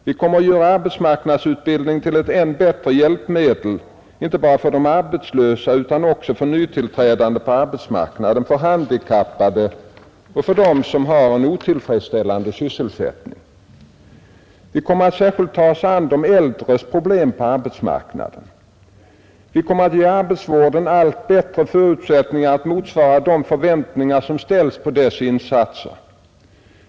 Vi kommer att göra arbetsmarknadsutbildningen till ett än bättre hjälpmedel inte bara för arbetslösa utan också för nytillträdande på arbetsmarknaden, för handikappade och för dem som har en otillfredsställande sysselsättning. Vi kommer att särskilt ta oss an de äldres problem på arbetsmarknaden. Vi kommer att ge arbetsvården allt bättre förutsättningar att motsvara de förväntningar som ställs på dess insatser.